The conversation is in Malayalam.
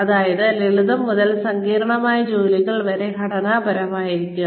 അതായത് ലളിതം മുതൽ സങ്കീർണ്ണമായ ജോലികൾ വരെ ഘടനാപരമായിരിക്കുക